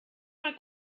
mal